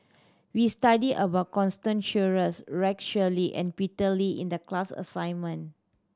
we studied about Constance Sheares Rex Shelley and Peter Lee in the class assignment